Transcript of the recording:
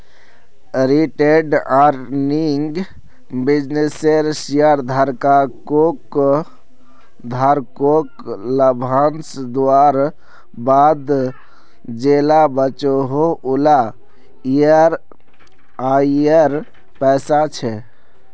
retained earning बिज्नेसेर शेयरधारकोक लाभांस दुआर बाद जेला बचोहो उला आएर पैसा छे